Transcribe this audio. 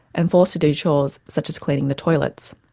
and forced to do chores such as cleaning the toilets.